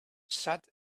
sat